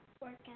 workout